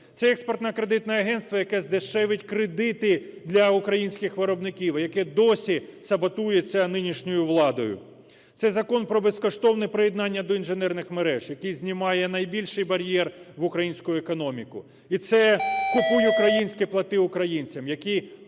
Це Експертно-кредитне агентство, яке здешевить кредити для українських виробників, яке досі саботується нинішньою владою. Це Закон про безкоштовне приєднання до інженерних мереж, який знімає найбільший бар'єр в українську економіку. І це "Купуй українське, плати українцям", який